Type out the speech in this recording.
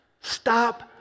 Stop